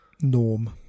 Norm